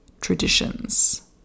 traditions